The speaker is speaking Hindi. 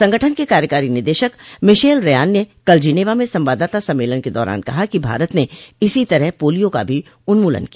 संगठन के कार्यकारी निदेशक मिशेल रयान न कल जिनेवा में संवाददाता सम्मेलन के दौरान कहा कि भारत ने इसी तरह पोलिया का भी उन्मूलन किया